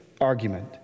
argument